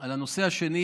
על הנושא השני,